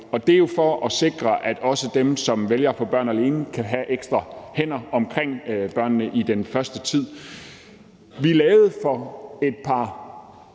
og det er jo for at sikre, at også dem, som vælger at få børn alene, kan have ekstra hænder omkring børnene i den første tid. For et par